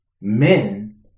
men